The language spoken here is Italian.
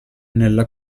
nella